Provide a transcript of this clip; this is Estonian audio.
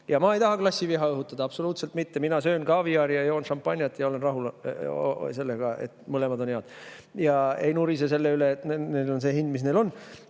Ma ei taha klassiviha õhutada, absoluutselt mitte. Mina söön kaaviari, joon šampanjat, olen rahul sellega, et mõlemad on head, ja ei nurise selle üle, et neil on see hind, mis neil on.